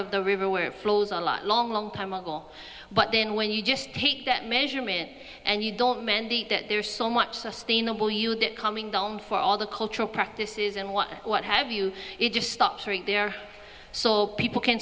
of the river where it flows on a long long time ago but then when you just take that measurement and you don't mandate that there's so much sustainable you that coming down for all the cultural practices and what what have you it just stops right there so people can